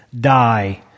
die